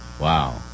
Wow